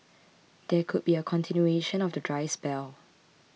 there could be a continuation of the dry spell